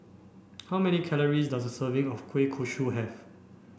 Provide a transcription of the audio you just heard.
how many calories does a serving of Kueh Kosui have